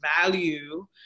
value